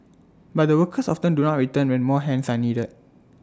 but the workers often do not return when more hands are needed